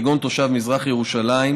כגון תושב מזרח ירושלים